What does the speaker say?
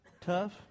tough